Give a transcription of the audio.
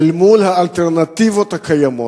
אל מול האלטרנטיבות הקיימות